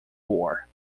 war